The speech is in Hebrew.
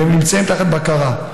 והם נמצאים תחת בקרה.